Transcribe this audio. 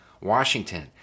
Washington